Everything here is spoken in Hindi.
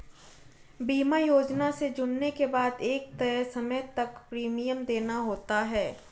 बीमा योजना से जुड़ने के बाद एक तय समय तक प्रीमियम देना होता है